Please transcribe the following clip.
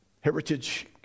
Heritage